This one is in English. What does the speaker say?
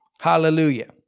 Hallelujah